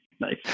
Nice